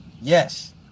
Yes